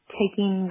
taking